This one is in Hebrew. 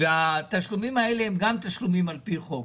וגם התשלומים האלה הם תשלומים על פי חוק.